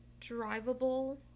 drivable